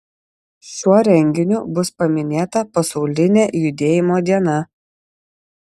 šiuo renginiu bus paminėta pasaulinė judėjimo diena